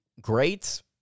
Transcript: great